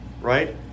right